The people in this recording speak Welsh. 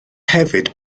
hefyd